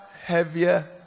heavier